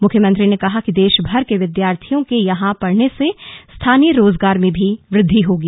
मुख्यमंत्री ने कहा कि देशभर के विद्यार्थियों के यहां पढ़ने से स्थानीय रोजगार में भी वृद्धि होगी